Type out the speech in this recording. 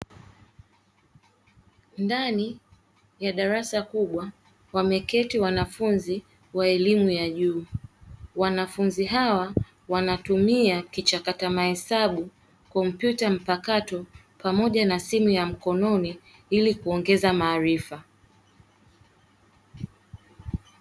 Ndani ya darasa kubwa wameketi wanafunzi wa elimu ya juu, wanafunzi hawa wanatumia kichakata mahesabu, kompyuta mpakato pamoja na simu ya mkononi ili kuongeza maarifa.